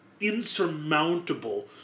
insurmountable